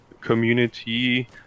community